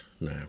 now